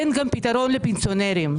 אין גם פתרון לפנסיונרים,